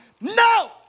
No